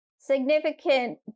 Significant